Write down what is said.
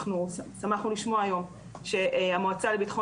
אנחנו שמחנו לשמוע היום שהמועצה לביטחון